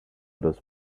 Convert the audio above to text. those